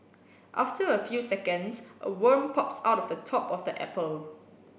after a few seconds a worm pops out of the top of the apple